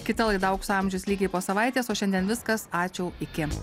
kita laida aukso amžius lygiai po savaitės o šiandien viskas ačiū iki